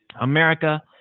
America